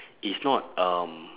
is not um